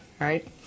right